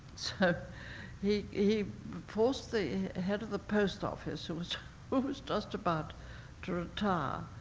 so he he forced the head of the post office, who was but was just about to retire,